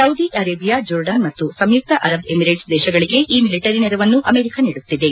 Saudi Arabia Jordan ಮತ್ತು ಸಂಯುಕ್ತ Arab Emirates ದೇಶಗಳಿಗೆ ಈ ಮಿಲಿಟರಿ ನೆರವನ್ನು ಅಮೆರಿಕ ನೀಡುತ್ತಿದೆ